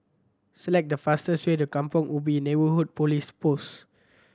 select the fastest way to Kampong Ubi Neighbourhood Police Post